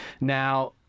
Now